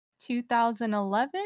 2011